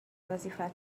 وظیفه